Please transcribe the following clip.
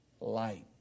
light